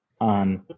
on